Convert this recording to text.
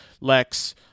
Lex